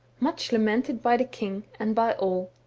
much lamented by the king, and by all.